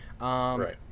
Right